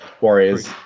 Warriors